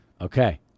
Okay